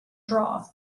draw